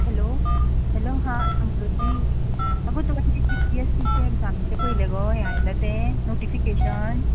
hello hello हा समृध्दी आगो तुवें पी एस सीचे एग्जामीचे पयले गो हें आयले ते नोटिफिकेशन